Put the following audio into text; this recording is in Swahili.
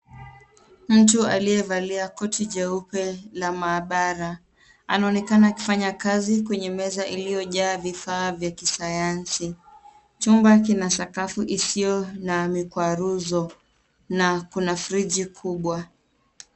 Mtu aliyevalia koti jeupe la maabara anaonekana akifanya kazi kwenye meza iliyojaa vifaa vya kisayansi. Chumba kina sakafu isiyo na mikwaruzo na kuna friji kubwa.